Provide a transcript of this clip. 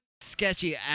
sketchy